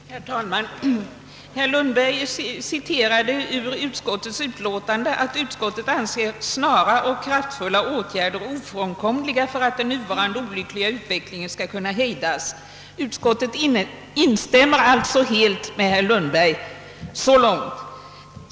Herr talman! Herr Lundberg citerade ur utskottets utlåtande att utskottet »anser snara och kraftfulla åtgärder ofrånkomliga, för att den nuvarande utvecklingen skall kunna hejdas». Utskottet instämmer alltså med herr Lundberg så långt.